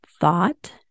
thought